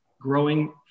growing